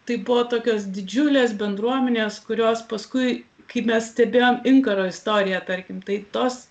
tai buvo tokios didžiulės bendruomenės kurios paskui kaip mes stebėjom inkaro istoriją tarkim tai tos